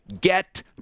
Get